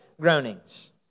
groanings